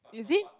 is it